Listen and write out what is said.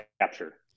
capture